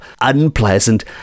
unpleasant